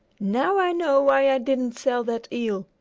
now i know why i didn't sell that eel,